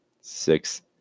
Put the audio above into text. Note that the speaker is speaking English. six